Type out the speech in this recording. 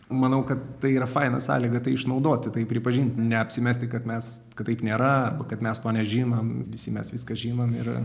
manau kad tai yra faina sąlyga tai išnaudoti tai pripažint neapsimesti kad mes kad taip nėra arba kad mes to nežinom visi mes viską žinom ir